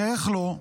שאיך לא,